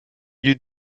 you